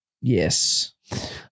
yes